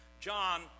John